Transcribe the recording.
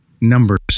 numbers